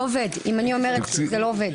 זה לא עובד, אם אני אומרת זה לא עובד.